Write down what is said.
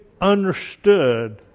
understood